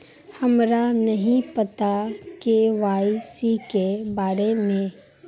हमरा नहीं पता के.वाई.सी के बारे में?